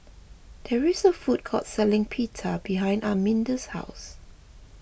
there is a food court selling Pita behind Arminda's house